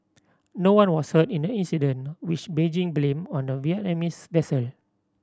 no one was hurt in the incident which Beijing blamed on the Vietnamese vessel